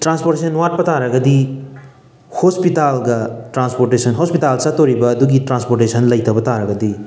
transportation ꯋꯥꯠꯄ ꯇꯥꯔꯒꯗꯤ ꯍꯣꯁꯄꯤꯇꯥꯜꯒ ꯇ꯭ꯔꯥꯟꯄꯣꯔꯇꯦꯁꯟ ꯍꯣꯁꯄꯤꯇꯥꯜ ꯆꯠꯇꯣꯔꯤꯕ ꯑꯗꯨꯒꯤ ꯇ꯭ꯔꯥꯟꯄꯣꯔꯇꯦꯁꯟ ꯂꯩꯇꯕ ꯇꯥꯔꯒꯗꯤ